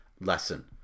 lesson